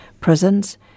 Prisons